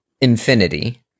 infinity